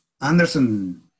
Anderson